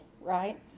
right